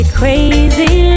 crazy